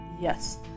Yes